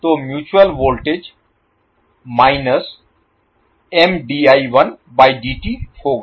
तो mutual voltage होगा